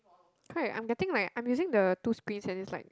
correct I'm getting like I'm using the two screens and it's like